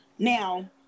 Now